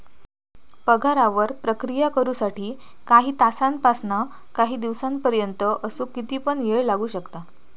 पगारावर प्रक्रिया करु साठी काही तासांपासानकाही दिसांपर्यंत असो किती पण येळ लागू शकता